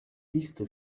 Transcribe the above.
listy